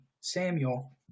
Samuel